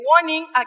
warning